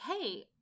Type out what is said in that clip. hey